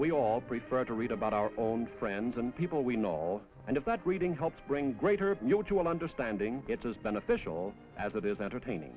we all prefer to read about our own friends and people we know and if that reading helps bring greater of mutual understanding it's as beneficial as it is entertaining